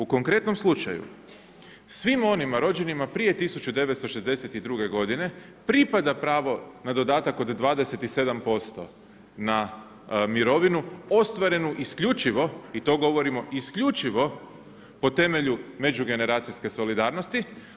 U konkretnom slučaju, svima onima rođenima prije 1962. godine pripada pravo na dodatak od 27% na mirovinu ostvarenu isključivo, i to govorimo isključivo po temelju međugeneracijske solidarnosti.